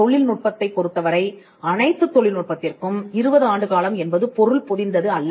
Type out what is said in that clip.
தொழில்நுட்பத்தைப் பொருத்தவரை அனைத்துத் தொழில்நுட்பத்திற்கும் 20 ஆண்டு காலம் என்பது பொருள் பொதிந்தது அல்ல